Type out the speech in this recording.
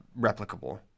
replicable